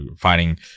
fighting